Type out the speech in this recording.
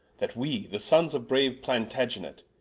that wee, the sonnes of braue plantagenet,